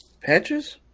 patches